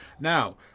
Now